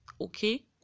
Okay